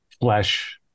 flesh